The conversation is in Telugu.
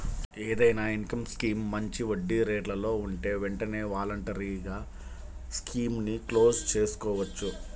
ఏదైనా ఇన్కం స్కీమ్ మంచి వడ్డీరేట్లలో ఉంటే వెంటనే వాలంటరీగా స్కీముని క్లోజ్ చేసుకోవచ్చు